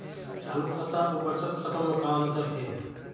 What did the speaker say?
चालू खाता अउ बचत खाता म का अंतर हे?